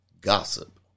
Gossip